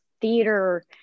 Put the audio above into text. theater